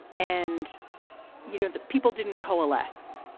and you know that people didn't coalesce.